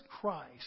Christ